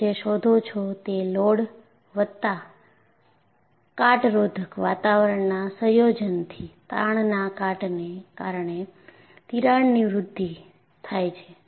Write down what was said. તમે જે શોધો છો તે લોડ વત્તા કાટરોધક વાતાવરણના સંયોજનથી તાણના કાટને કારણે તિરાડની વૃદ્ધિ થાય છે